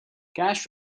cash